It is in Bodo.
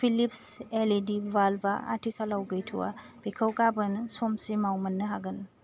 Philips L E D bulb आ आथिखालाव गैथ'आ बेखौ गाबोन समसिमाव मोन्नो हागोन